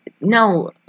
No